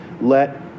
let